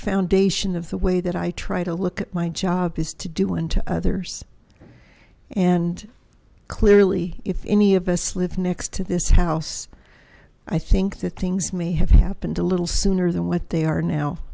foundation of the way that i try to look at my job is to do and to others and clearly if any of us live next to this house i think the things may have happened a little sooner than what they are now